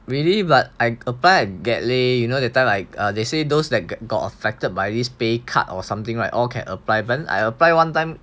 really but I apply and get leh you know that time like they say those that got affected by this pay cut or something [right] all can apply when I apply one time